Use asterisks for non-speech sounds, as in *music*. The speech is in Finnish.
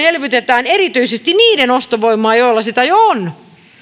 *unintelligible* elvytetään erityisesti niiden ostovoimaa joilla sitä jo on